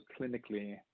clinically